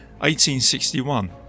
1861